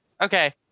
okay